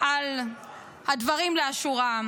על הדברים לאשורם: